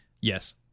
yes